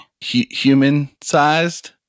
Human-sized